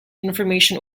information